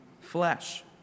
flesh